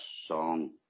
song